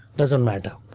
doesn't matter,